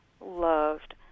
loved